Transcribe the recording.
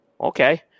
Okay